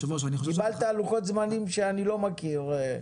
קיבלת לוחות זמנים שאני לא מכיר.